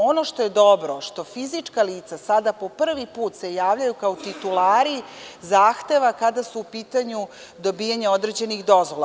Ono što je dobro je što fizička lica sada po prvi put se javljaju kao titulari zahteva kada su u pitanju dobijanja određenih dozvola.